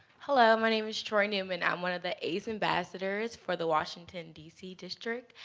hello, my name is troy neuman. i'm one of the ace ambassadors for the washington, d c. district,